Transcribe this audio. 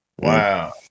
Wow